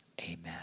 amen